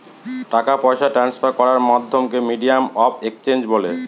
টাকা পয়সা ট্রান্সফার করার মাধ্যমকে মিডিয়াম অফ এক্সচেঞ্জ বলে